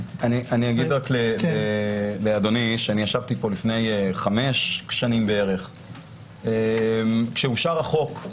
אני אשיב לאדוני שאני ישבתי פה לפני חמש שנים בערך כשאושר החוק.